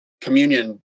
communion